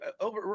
over